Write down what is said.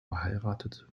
verheiratet